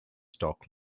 stock